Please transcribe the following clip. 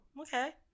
okay